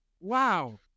Wow